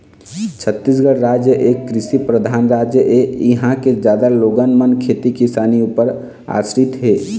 छत्तीसगढ़ राज एक कृषि परधान राज ऐ, इहाँ के जादा लोगन मन खेती किसानी ऊपर आसरित हे